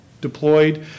deployed